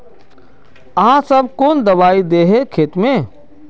आहाँ सब कौन दबाइ दे है खेत में?